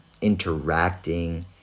interacting